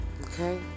Okay